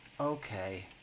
okay